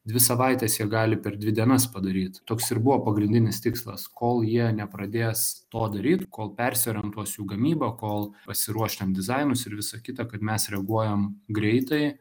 dvi savaites jie gali per dvi dienas padaryt toks ir buvo pagrindinis tikslas kol jie nepradės to daryt kol persiorientuos jų gamyba kol pasiruoš ten dizainus ir visa kita kad mes reaguojam greitai